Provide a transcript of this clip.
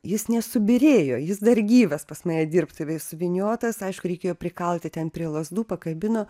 jis nesubyrėjo jis dar gyvas pas mane dirbtuvėj suvyniotas aišku reikėjo prikalti ten prie lazdų pakabino